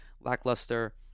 lackluster